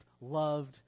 loved